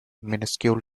minuscule